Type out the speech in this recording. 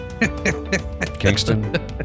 Kingston